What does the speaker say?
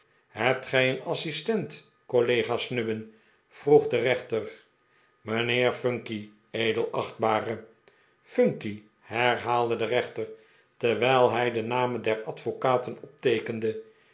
hebt gij een assistent collega snubbin vroeg de rechter mijnheer phunky edelachtbare p hunky herhaalde de rechter terwijl hij de namen der advocaten opteekende